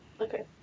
okay